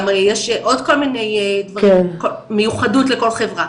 גם יש עוד כל מיני דברים מיוחדות לכל חברה.